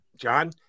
John